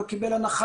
לא קיבל הנחה.